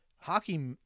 hockey